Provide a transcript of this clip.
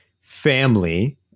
family